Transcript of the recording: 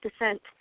descent